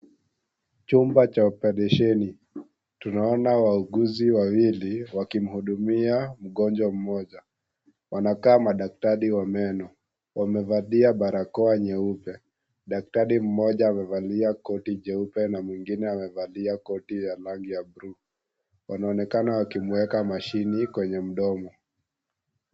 Chumba cha oparesheni. Tunaona wauguzi wawili, wakimhudumia mgonjwa mmoja. Wanakaa madaktari wa meno. Wamevalia barakoa nyeupe. Daktari mmoja amevalia koti jeupe na mwingine amevalia koti ya rangi ya bluu. Wanaonekana wakimuweka mashini kwenye mdomo.